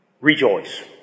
Rejoice